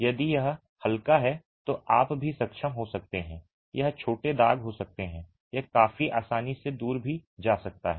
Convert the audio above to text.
यदि यह हल्का है तो आप भी सक्षम हो सकते हैं यह छोटे दाग हो सकते हैं यह काफी आसानी से दूर भी जा सकता है